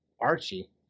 Archie